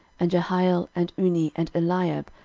and jehiel, and unni, and eliab,